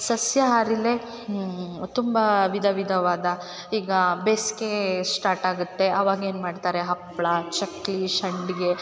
ಸಸ್ಯಹಾರಿಯಲ್ಲೆ ತುಂಬ ವಿಧವಿಧವಾದ ಈಗ ಬೇಸಿಗೆ ಸ್ಟಾರ್ಟಾಗುತ್ತೆ ಅವಾಗೇನು ಮಾಡ್ತಾರೆ ಹಪ್ಪಳ ಚಕ್ಕುಲಿ ಸಂಡ್ಗೆ